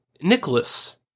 Nicholas